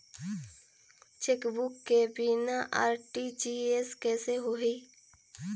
Chequebook के बिना RTGS कइसे होही?